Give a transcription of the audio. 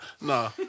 Nah